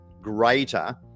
greater